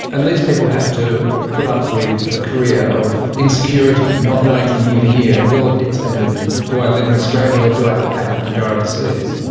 and these people have to put up with a career of insecurity, not knowing from year to year, will it be extended, do i live in australia do i have to pack up and go overseas?